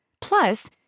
Plus